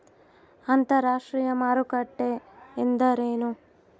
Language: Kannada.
ಅಂತರಾಷ್ಟ್ರೇಯ ಮಾರುಕಟ್ಟೆ ಎಂದರೇನು?